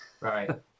right